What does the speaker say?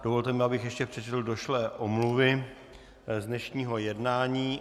Dovolte mi, abych ještě přečetl došlé omluvy z dnešního jednání.